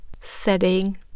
setting